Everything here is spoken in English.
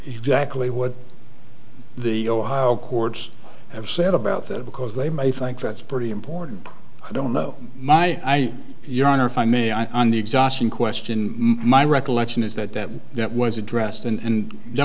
exactly what the ohio courts have said about that because they may think that's a pretty important i don't know my your honor if i may on the exhausting question my recollection is that that that was addressed and